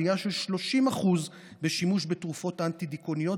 עלייה של 30% בשימוש בתרופות אנטי-דיכאוניות